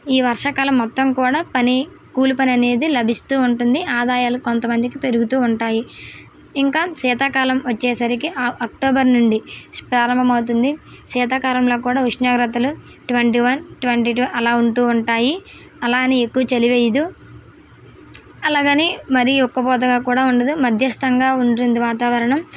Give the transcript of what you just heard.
ఈ వర్షాకాలం మొత్తం కూడా పని కూలి పని అనేది లభిస్తూ ఉంటుంది ఆదాయాలు కొంత మందికి పెరుగుతూ ఉంటాయి ఇంకా శీతాకాలం వచ్చేసరికి ఆ అక్టోబర్ నుండి ప్రారంభమవుతుంది శీతాకాలంలో కూడా ఉష్ణోగ్రతలు ట్వంటీ వన్ ట్వంటీ టు అలా ఉంటూ ఉంటాయి అలా అని ఎక్కువ చలి వేయదు అలాగని మరీ ఉక్కపోతగా కూడా ఉండదు మధ్యస్తంగా ఉంటుంది వాతావరణం